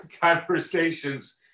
Conversations